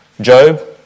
Job